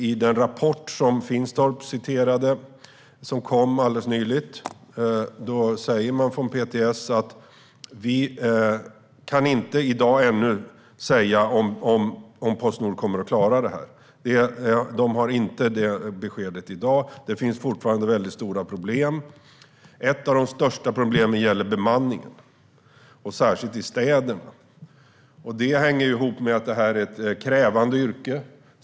I den rapport som Finstorp citerade och som kom alldeles nyligen säger PTS att de i dag ännu inte kan säga om Postnord kommer att klara detta. De har alltså inte detta besked i dag. Det finns fortfarande väldigt stora problem, och ett av de största problemen gäller bemanningen, särskilt i städerna, vilket hänger ihop med att detta är ett krävande yrke.